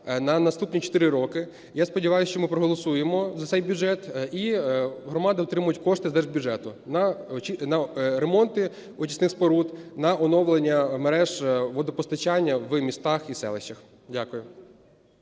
на наступні чотири роки. Я сподіваюся, що ми проголосуємо за цей бюджет, і громади отримають кошти з держбюджету на ремонти очисних споруд, на оновлення мереж водопостачання в містах і селищах. Дякую.